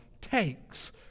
takes